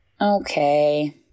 Okay